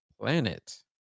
planet